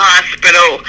Hospital